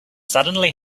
suddenly